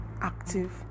active